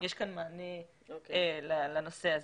יש כאן מענה לנושא הזה.